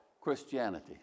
Christianity